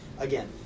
Again